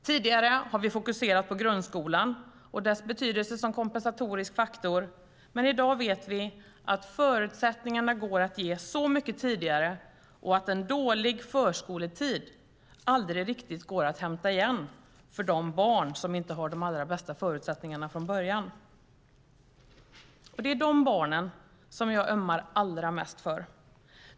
Tidigare har vi fokuserat på grundskolan och dess betydelse som kompensatorisk faktor, men i dag vet vi att förutsättningarna går att ge så mycket tidigare och att en dålig förskoletid aldrig riktigt går att hämta igen för de barn som inte har de allra bästa förutsättningarna från början. Det är dessa barn jag ömmar allra mest för.